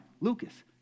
Lucas